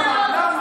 למה?